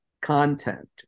content